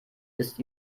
ist